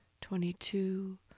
twenty-two